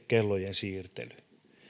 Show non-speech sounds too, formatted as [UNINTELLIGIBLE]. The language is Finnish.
[UNINTELLIGIBLE] kellojen siirtely